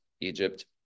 egypt